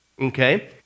okay